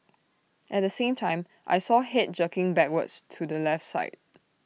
at the same time I saw Head jerking backwards to the left side